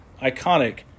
iconic